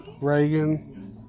Reagan